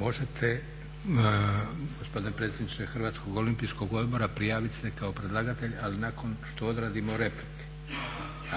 Možete gospodine predsjedniče HOO-a prijavit se kao predlagatelj ali nakon što odradimo replike.